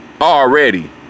already